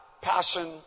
passion